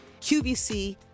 QVC